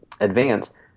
advance